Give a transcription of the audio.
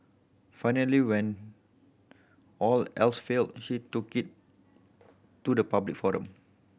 finally when all else failed she took it to the public forum